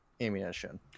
ammunition